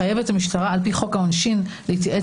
חייבת המשטרה על פי חוק העונשין להתייעץ